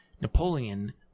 napoleon